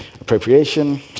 appropriation